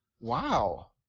Wow